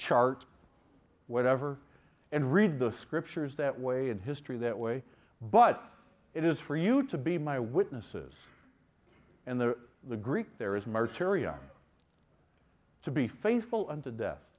chart whatever and read the scriptures that way and history that way but it is for you to be my witnesses and the the greek there is martirio to be faithful and to death